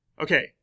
okay